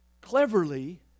Cleverly